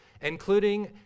including